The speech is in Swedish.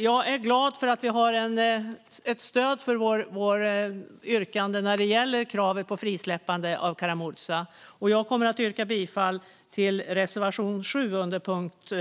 Jag är glad att vi har stöd för vårt yrkande när det gäller kravet på frisläppande av Kara-Murza. Jag kommer att yrka bifall till reservation 7 under punkt 4.